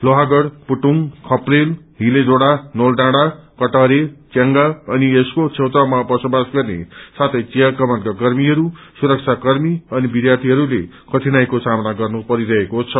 लोहागढ़ पुटुंग खपरेल हिले झोड़ा नोल डौँड़ा कटहरे च्यांगा अनि यसको छेउछाउमा बसोबास गर्ने साथै वियाकमानका कर्मीहरू सुरक्षा कर्मी अनि विद्यार्थीहरूले कठिनाइको समाना गर्नु परिरहेको छ